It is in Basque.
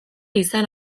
izan